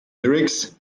lyrics